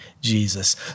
Jesus